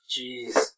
Jeez